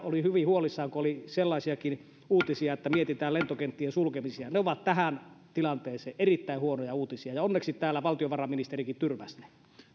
olin hyvin huolissani kun oli sellaisiakin uutisia että mietitään lentokenttien sulkemisia ne ovat tähän tilanteeseen erittäin huonoja uutisia ja onneksi täällä valtiovarainministerikin tyrmäsi ne